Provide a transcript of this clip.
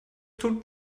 tut